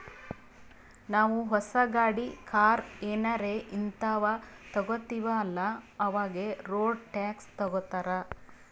ನಾವೂ ಹೊಸ ಗಾಡಿ, ಕಾರ್ ಏನಾರೇ ಹಿಂತಾವ್ ತಗೊತ್ತಿವ್ ಅಲ್ಲಾ ಅವಾಗೆ ರೋಡ್ ಟ್ಯಾಕ್ಸ್ ತಗೋತ್ತಾರ್